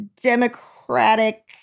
democratic